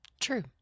True